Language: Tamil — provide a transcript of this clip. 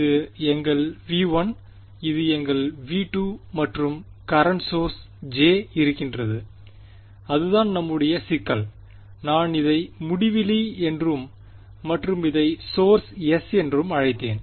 இது எங்கள் V1 இது எங்கள் V2 மற்றும் current source current source J இருக்கிறதுஅதுதான் நம்முடைய சிக்கல் நான் இதை முடிவிலி என்றும் மற்றும் இதை சோர்ஸ் S என்றும் அழைத்தேன்